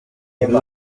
buri